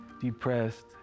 depressed